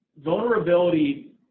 vulnerability